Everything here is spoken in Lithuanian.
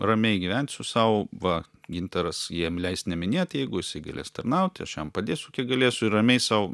ramiai gyvensiu sau va gintaras jam leis neminėt jeigu jisai galės tarnauti aš jam padėsiu kiek galėsiu ir ramiai sau